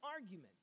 argument